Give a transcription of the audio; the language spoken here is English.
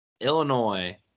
Illinois